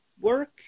work